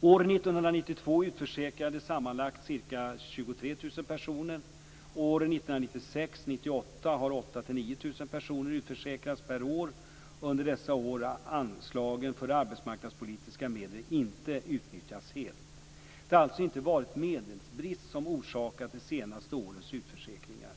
År Åren 1996-1998 har 8 000-9 000 personer utförsäkrats per år. Under dessa år har anslagen för arbetsmarknadspolitiska medel inte utnyttjats helt. Det har alltså inte varit medelsbrist som orsakat de senaste årens utförsäkringar.